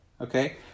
okay